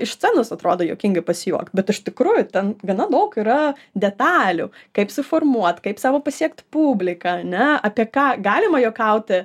iš scenos atrodo juokingai pasijuokt bet iš tikrųjų ten gana daug yra detalių kaip suformuot kaip savo pasiekt publiką ane apie ką galima juokauti